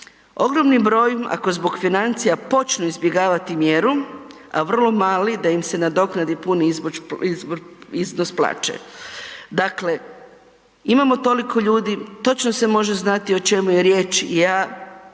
ogromni broj ako zbog financija počnu izbjegavati mjeru, a vrlo mali da im se nadoknadi puni iznos plaće. Dakle, imamo toliko ljudi točno se može znati o čemu je riječ i ja